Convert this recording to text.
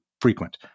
frequent